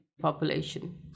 population